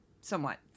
somewhat